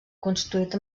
construït